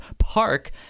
park